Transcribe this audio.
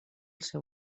seu